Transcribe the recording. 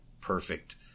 perfect